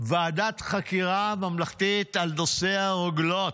ועדת חקירה ממלכתית על נושא הרוגלות,